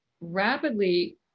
rapidly